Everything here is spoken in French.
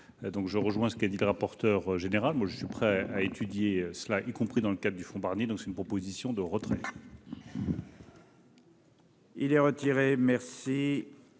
donc je rejoins ce qu'a dit le rapporteur général, moi je suis prêt à étudier cela, y compris dans le cadre du fonds Barnier, donc c'est une proposition de retrait. Il est retiré, merci,